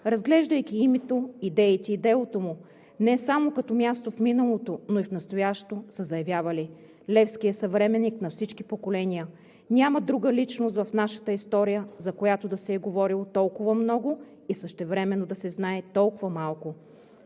Разглеждайки името, идеите и делото му не само като място в миналото, но и в настоящото, са заявявали: Левски е съвременник на всички поколения. „Няма друга личност в нашата история, за която да се е говорило толкова много и същевременно да се знае толкова малко.